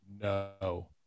No